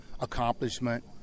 accomplishment